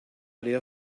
idea